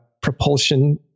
propulsion